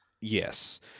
Yes